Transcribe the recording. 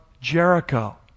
Jericho